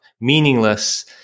meaningless